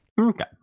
Okay